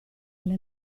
alle